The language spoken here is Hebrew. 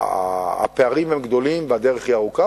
הפערים הם גדולים והדרך היא ארוכה,